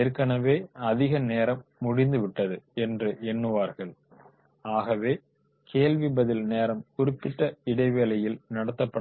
ஏற்கெனவே அதிக நேரம் முடிந்துவிட்டது என்று எண்ணுவார்கள்ஆகவே கேள்வி பதில் நேரம் குறிப்பிட்ட இடைவேளைகளில் நடத்தப்பட வேண்டும்